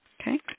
Okay